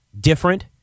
different